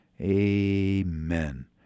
amen